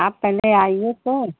आप पहले आइए तो